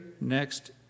next